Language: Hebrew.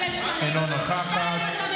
אינה נוכחת.